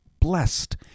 blessed